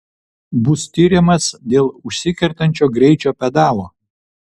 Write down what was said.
bus tiriamas dėl užsikertančio greičio pedalo